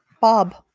Bob